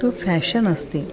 तु फ़ेशन् अस्ति